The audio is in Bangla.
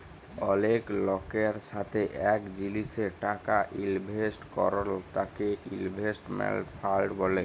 অলেক লকের সাথে এক জিলিসে টাকা ইলভেস্ট করল তাকে ইনভেস্টমেন্ট ফান্ড ব্যলে